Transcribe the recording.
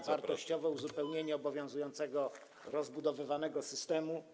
za wartościowe uzupełnienie obowiązującego, rozbudowywanego systemu.